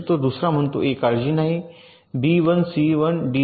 दुसरा म्हणतो ए काळजी नाही बी 1 सी 1 डी 0